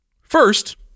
First